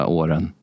åren